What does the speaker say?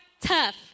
tough